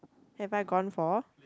have I gone for